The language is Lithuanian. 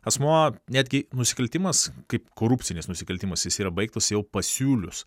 asmuo netgi nusikaltimas kaip korupcinis nusikaltimas jis yra baigtas jau pasiūlius